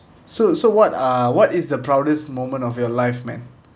so so what are what is the proudest moment of your life man